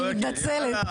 אני מתנצלת,